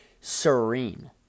serene